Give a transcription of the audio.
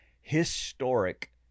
historic